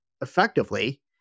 effectively